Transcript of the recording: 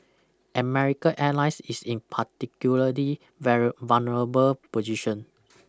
America Airlines is in particularly very vulnerable position